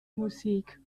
musik